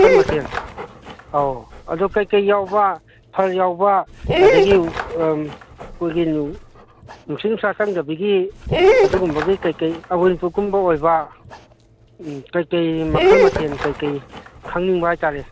ꯃꯈꯟ ꯃꯊꯦꯟ ꯑꯧ ꯑꯗꯨ ꯀꯩꯀꯩ ꯌꯥꯎꯕ ꯐꯔ ꯌꯥꯎꯕ ꯑꯗꯒꯤ ꯑꯩꯈꯣꯏꯒꯤ ꯅꯨꯡꯁꯤꯠ ꯅꯨꯡꯁꯥ ꯆꯪꯗꯕꯒꯤ ꯑꯗꯨꯝꯕꯒꯤ ꯀꯩꯀꯩ ꯑꯥ ꯋꯤꯟꯄ꯭ꯔꯨꯞꯀꯨꯝꯕ ꯑꯣꯏꯕ ꯀꯩꯀꯩ ꯃꯈꯟ ꯃꯊꯦꯟ ꯀꯩꯀꯩ ꯈꯪꯅꯤꯡꯕ ꯍꯥꯏꯇꯥꯔꯦ